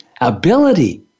ability